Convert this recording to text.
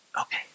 Okay